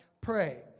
pray